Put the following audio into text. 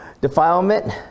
defilement